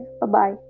Bye-bye